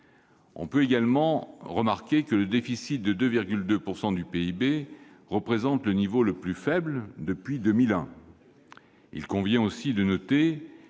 On peut également remarquer que le déficit de 2,2 % du PIB représente le niveau le plus faible depuis 2001. Il convient aussi de noter